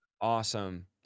awesome